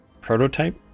prototype